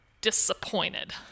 disappointed